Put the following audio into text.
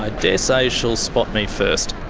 i dare say she'll spot me first.